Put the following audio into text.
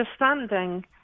understanding